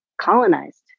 colonized